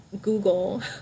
Google